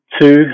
Two